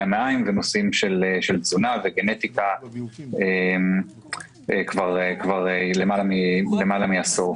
המעיים ונושאים של תזונה וגנטיקה כבר למעלה מעשור.